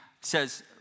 says